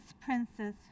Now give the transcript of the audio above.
princess